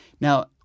Now